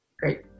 Great